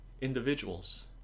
individuals